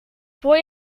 voor